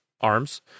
arms